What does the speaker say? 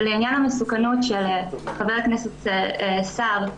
ולעניין המסוכנות של חה"כ סער,